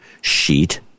sheet